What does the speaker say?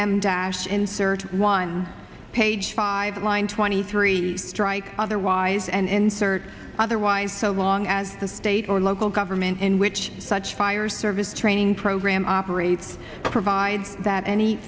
dash insert one page five line twenty three strike otherwise and insert otherwise so long as the state or local government in which such fire service training program operates provides that any